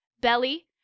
Belly